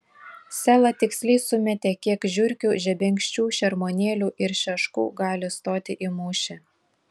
sela tiksliai sumetė kiek žiurkių žebenkščių šermuonėlių ir šeškų gali stoti į mūšį